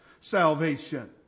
salvation